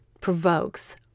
provokes